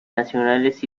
nacionales